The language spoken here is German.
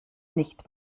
nicht